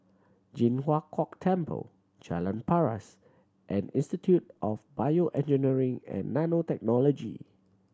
Ji Huang Kok Temple Jalan Paras and Institute of BioEngineering and Nanotechnology